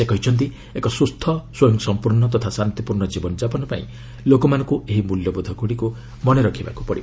ସେ କହିଛନ୍ତି ଏକ ସୁସ୍ଥ ସ୍ୱୟଂ ସମ୍ପୂର୍ଣ୍ଣ ତଥା ଶାନ୍ତିପୂର୍ଣ୍ଣ ଜୀବନଯାପନ ପାଇଁ ଲୋକମାନଙ୍କୁ ଏହି ମୂଲ୍ୟବୋଧଗୁଡିକୁ ମନେରଖିବାକୁ ପଡିବ